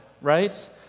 right